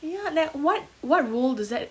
ya like what what role does that